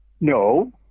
No